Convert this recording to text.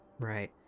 Right